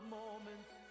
moments